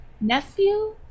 nephew